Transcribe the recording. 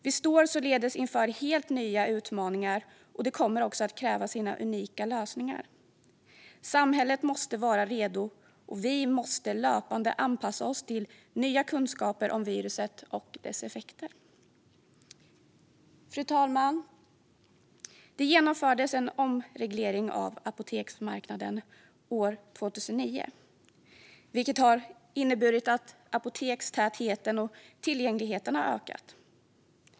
Vi står således inför helt nya utmaningar, och det kommer också att kräva sina unika lösningar. Samhället måste vara redo, och vi måste löpande anpassa oss till nya kunskaper om viruset och dess effekter. Fru talman! Det genomfördes en omreglering av apoteksmarknaden 2009, vilket har inneburit att apotekstätheten och tillgängligheten har ökat.